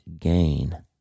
gain